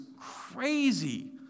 crazy